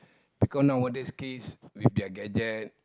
because nowadays kids with their gadget